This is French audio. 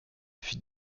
fut